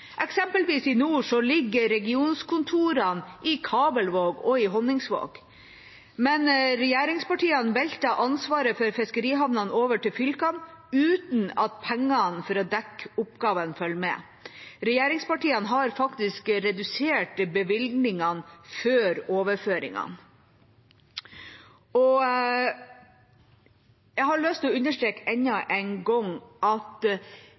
Eksempelvis i nord ligger regionskontorene i Kabelvåg og i Honningsvåg. Men regjeringspartiene velter ansvaret for fiskerihavnene over til fylkene uten at pengene for å dekke oppgaven følger med. Regjeringspartiene har faktisk redusert bevilgningene før overføringene. Jeg har lyst til å understreke enda en gang at